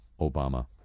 Obama